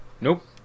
nope